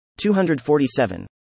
247